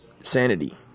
sanity